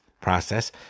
process